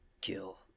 Kill